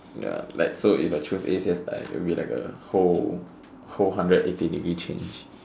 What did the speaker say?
ya like so if I chose A_C_S it will be like a whole whole hundred eighty degree change